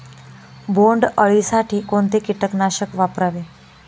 बोंडअळी साठी कोणते किटकनाशक वापरावे?